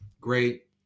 Great